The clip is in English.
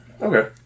Okay